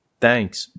Thanks